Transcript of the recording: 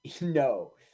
No